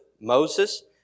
Moses